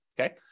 okay